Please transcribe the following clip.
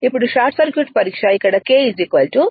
ఇప్పుడు short circuit పరీక్ష ఇక్కడ K 2